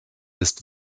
ist